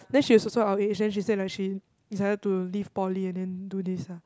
then she is also our age then she say like she decided to leave poly and then do this ah